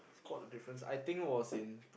spot the difference I think was in